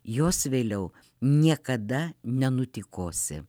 jos vėliau niekada nenutykosi